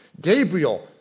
Gabriel